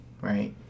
right